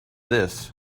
this